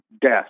death